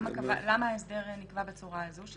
למה ההסדר נקבע בצורה הזו,